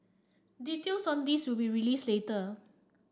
details on this will be released later